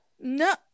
No